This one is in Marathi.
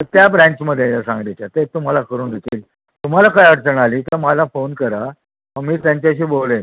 तर त्या ब्रँचमध्ये या सांगलीच्या ते तुम्हाला करून देतील तुम्हाला काय अडचण आली तर मला फोन करा मग मी त्यांच्याशी बोलेन